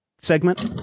segment